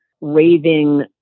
raving